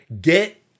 Get